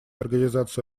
организацию